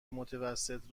متوسط